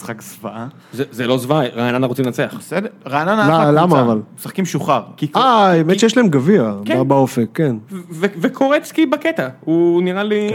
משחק זוועה זה לא זוועה רעננה רוצים לנצח בסדר רעננה למה אבל משחקים משוחרר אה האמת שיש להם גביע באופק כן וקורצקי בקטע הוא נראה לי